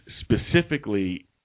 specifically